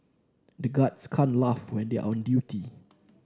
the guards can't laugh when they are on duty